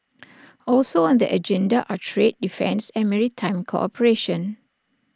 also on the agenda are trade defence and maritime cooperation